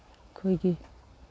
ꯑꯩꯈꯣꯏꯒꯤ